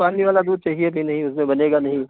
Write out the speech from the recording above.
पानी वाला दूध चाहिए भी नहीं उसमें बनेगा नहीं